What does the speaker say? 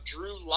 Drew